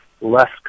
less